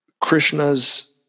Krishna's